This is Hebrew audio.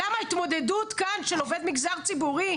למה ההתמודדות כאן של עובד המגזר הציבורי,